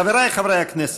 חבריי חברי הכנסת,